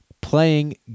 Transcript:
playing